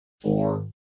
four